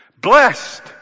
Blessed